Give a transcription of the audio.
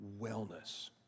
wellness